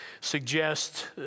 suggest